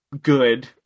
good